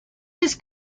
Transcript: his